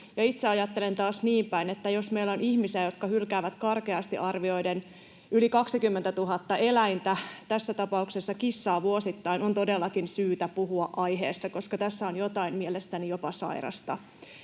itse ajattelen taas niin päin, että jos meillä on ihmisiä, jotka hylkäävät karkeasti arvioiden yli 20 000 eläintä, tässä tapauksessa kissaa, vuosittain, on todellakin syytä puhua aiheesta, koska tässä on mielestäni jopa jotain sairasta.